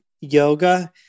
yoga